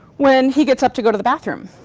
when he gets up to go to the bathroom,